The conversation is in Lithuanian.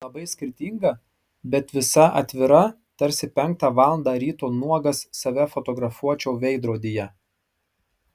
labai skirtinga bet visa atvira tarsi penktą valandą ryto nuogas save fotografuočiau veidrodyje